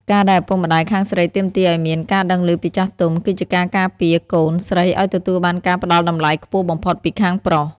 ការដែលឪពុកម្ដាយខាងស្រីទាមទារឱ្យមាន "ការដឹងឮពីចាស់ទុំ" គឺជាការការពារកូនស្រីឱ្យទទួលបានការផ្ដល់តម្លៃខ្ពស់បំផុតពីខាងប្រុស។